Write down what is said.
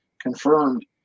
confirmed